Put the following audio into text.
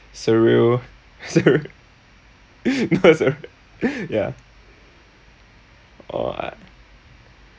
surreal sur~ ya orh I